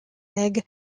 meg